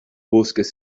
bosques